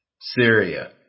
Syria